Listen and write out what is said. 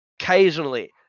occasionally